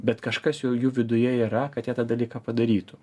bet kažkas jau jų viduje yra kad jie tą dalyką padarytų